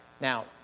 Now